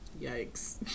Yikes